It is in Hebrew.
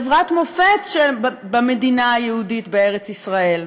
חברת מופת במדינה היהודית בארץ ישראל,